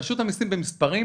רשות המסים במספרים